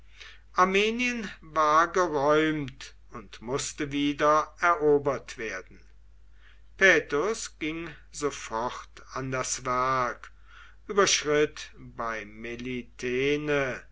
armenien war geräumt und mußte wieder erobert werden paetus ging sofort an das werk überschritt bei